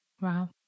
Wow